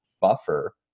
buffer